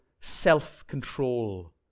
self-control